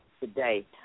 today